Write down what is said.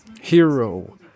hero